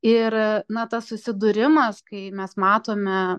ir na tas susidūrimas kai mes matome